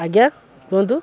ଆଜ୍ଞା କୁହନ୍ତୁ